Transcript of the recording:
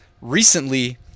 recently